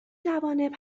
جوانب